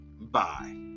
bye